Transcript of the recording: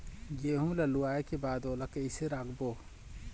गेहूं ला लुवाऐ के बाद ओला कइसे राखबो?